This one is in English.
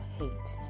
hate